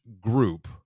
group